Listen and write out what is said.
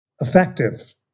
effective